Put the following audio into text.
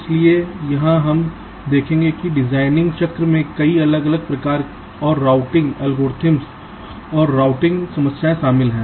इसलिए यहां हम देखेंगे कि डिजाइनिंग चक्र में कई अलग अलग प्रकार और रूटिंग अल्गोरिथ्म्स और रूटिंग समस्याएं शामिल हैं